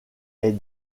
est